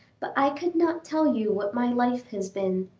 but i could not tell you what my life has been.